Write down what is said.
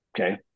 Okay